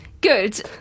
good